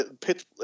pitch